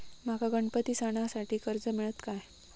माका गणपती सणासाठी कर्ज मिळत काय?